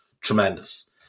Tremendous